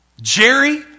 Jerry